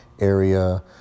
area